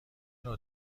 نوع